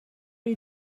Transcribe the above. you